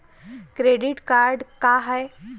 Credit card का हाय?